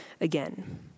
again